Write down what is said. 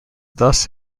thus